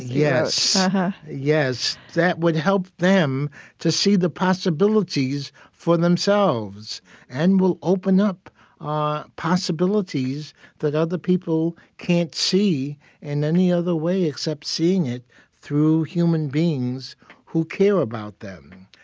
yes, that would help them to see the possibilities for themselves and will open up ah possibilities that other people can't see in any other way except seeing it through human beings who care about them.